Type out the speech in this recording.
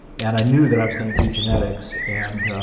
and i knew that i was going to do genetics and